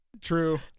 True